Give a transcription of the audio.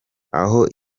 aho